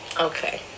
Okay